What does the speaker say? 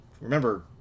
remember